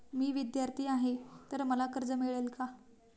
मी विद्यार्थी आहे तर मला कर्ज मिळेल का?